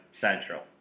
Central